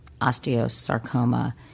osteosarcoma